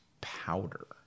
powder